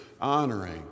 honoring